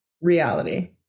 reality